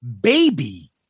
baby